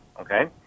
Okay